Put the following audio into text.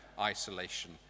isolation